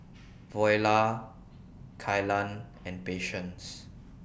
Viola Kylan and Patience